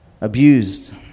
abused